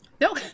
No